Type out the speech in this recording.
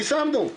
יישמנו,